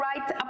right